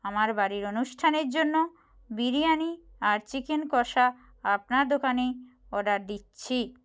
আমার বাড়ির অনুষ্ঠানের জন্য বিরিয়ানি আর চিকেন কষা আপনার দোকানেই অর্ডার দিচ্ছি